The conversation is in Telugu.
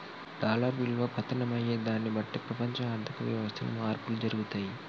డాలర్ విలువ పతనం అయ్యేదాన్ని బట్టే ప్రపంచ ఆర్ధిక వ్యవస్థలో మార్పులు జరుగుతయి